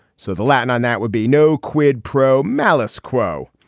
so the latin on that would be no quid pro malice quo.